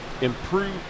improved